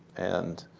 and